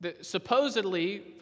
supposedly